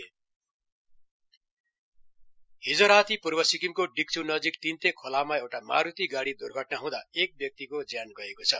accident हिज राति पूर्व सिक्किमको डीक्च् नजीक तिन्तेक खोलामा एउटा मारूति गाड़ी द्र्घटना हँदा एक व्यक्तिको ज्यान गएको छ